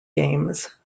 games